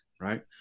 right